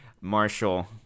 marshall